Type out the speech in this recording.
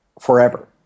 forever